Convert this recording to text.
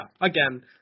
again